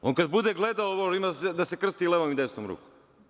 On kada bude gledao ovo, on ima da se krsti i levom i desnom rukom.